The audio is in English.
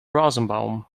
rosenbaum